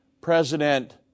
President